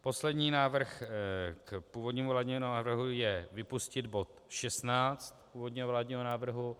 Poslední návrh k původnímu vládnímu návrhu je vypustit bod 16 původního vládního návrhu.